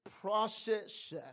process